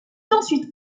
ensuite